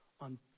on